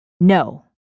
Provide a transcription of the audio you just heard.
No